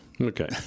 Okay